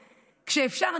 כשאפשר,